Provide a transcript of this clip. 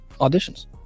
auditions